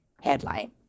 Headline